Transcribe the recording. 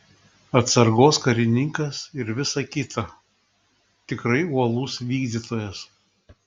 atsargos karininkas ir visa kita tikrai uolus vykdytojas